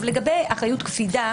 לגבי הנושא של אחריות קפידה.